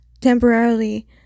temporarily